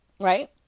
right